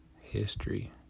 History